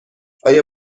آیا